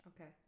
Okay